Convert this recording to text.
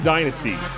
Dynasty